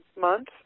month